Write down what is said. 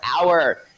Hour